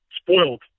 spoiled